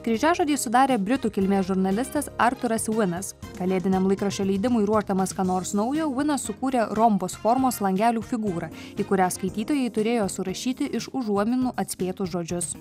kryžiažodį sudarė britų kilmės žurnalistas arturas vinas kalėdiniam laikraščio leidimui ruošdamas ką nors naujo vinas sukūrė rombos formos langelių figūrą į kurią skaitytojai turėjo surašyti iš užuominų atspėtus žodžius